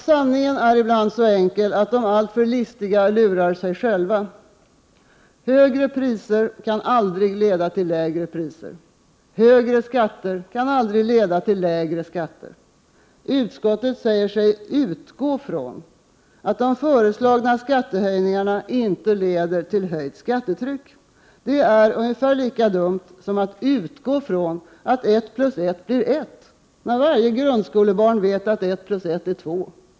Sanningen är ibland så enkel att de alltför listiga lurar sig själva. Högre priser kan aldrig leda till lägre priser. Högre skatter kan aldrig leda till lägre skatter. Utskottet säger sig ”utgå från” att de föreslagna skattehöjningarna inte leder till höjt skattetryck. Det är ungefär lika dumt som att ”utgå från” att 1+1 blir 1, när varje grundskolebarn vet att 1+1=2.